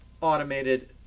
automated